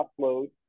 upload